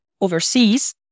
overseas